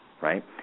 right